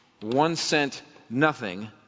one-cent-nothing